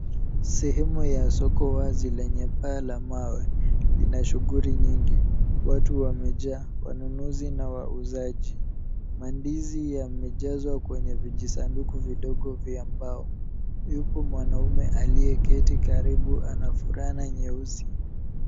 Swhwmu ya soko wazi lenye paa la mawe lina shughuli nyingi. Watu wamejaa, wanunuzi na wauzaji. Mandizi yamejazwa kwenye vijisanduku vidogo vya mbao. Yupo mwanaume aliyeketi karibu ana fulana nyeusi.